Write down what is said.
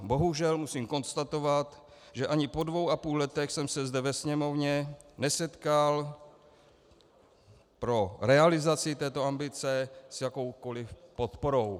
Bohužel musím konstatovat, že ani po dvou a půl letech jsem se zde ve Sněmovně nesetkal pro realizaci této ambice s jakoukoliv podporou.